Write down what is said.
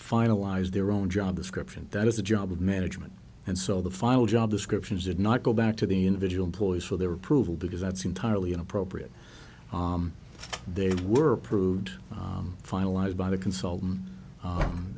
finalize their own job description that is the job of management and so the final job descriptions did not go back to the individual employees for their approval because that's entirely inappropriate they were proved finalized by the consult